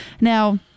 Now